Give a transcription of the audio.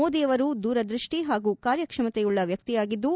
ಮೋದಿಯವರು ದೂರದೃಷ್ಟಿ ಹಾಗೂ ಕಾರ್ಯಕ್ಷಮತೆಯುಳ್ಳ ವ್ಯಕ್ತಿಯಾಗಿದ್ದು